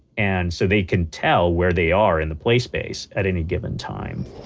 and so they can tell where they are in the play-space at any given time